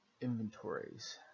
inventories